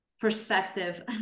perspective